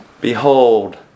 Behold